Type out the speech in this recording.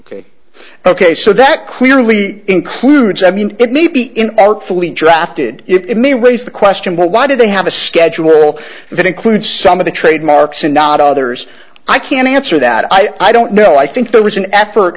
ok ok so that clearly includes i mean it may be in artfully drafted it may raise the question why do they have a schedule that includes some of the trademarks and not others i can't answer that i don't know i think there was an effort